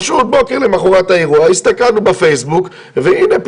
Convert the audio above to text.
פשוט בוקר למחרת האירוע הסתכלנו בפייסבוק והנה,